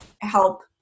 help